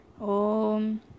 Om